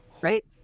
Right